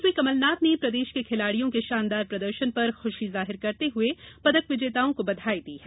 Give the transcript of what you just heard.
मुख्यमंत्री कमलनाथ ने प्रदेश के खिलाड़ियों के शानदार प्रदर्शन पर खुशी जाहिर करते हुए पदक विजेताओं को बधाई दी है